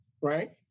right